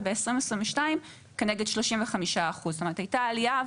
וב-2022 כנגד 35%. זאת אומרת שהייתה עלייה,